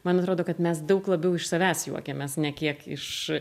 man atrodo kad mes daug labiau iš savęs juokiamės ne kiek iš